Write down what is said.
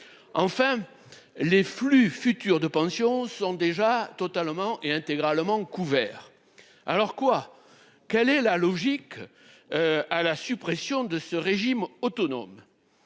Enfin, les flux futurs de pensions sont déjà intégralement couverts. Alors quoi ? Quelle est la logique de la suppression de ce régime autonome,